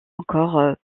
encore